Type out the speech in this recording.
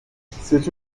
c’est